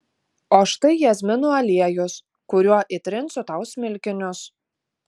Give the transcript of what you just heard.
o štai jazminų aliejus kuriuo įtrinsiu tau smilkinius